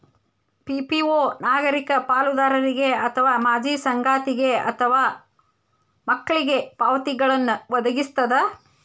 PPO ನಾಗರಿಕ ಪಾಲುದಾರರಿಗೆ ಅಥವಾ ಮಾಜಿ ಸಂಗಾತಿಗೆ ಅಥವಾ ಮಕ್ಳಿಗೆ ಪಾವತಿಗಳ್ನ್ ವದಗಿಸ್ತದ